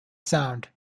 sound